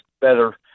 better